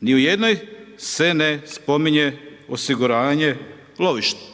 ni u jednoj se ne spominje osiguranje lovišta.